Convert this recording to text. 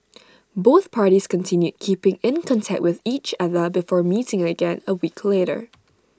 both parties continued keeping in contact with each other before meeting again A week later